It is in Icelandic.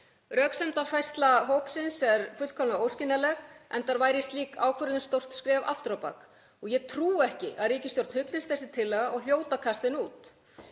Röksemdafærsla hópsins er fullkomlega óskiljanleg enda væri slík ákvörðun stórt skref aftur á bak og ég trúi ekki að ríkisstjórn hugnist þessi tillaga og hún hlýtur að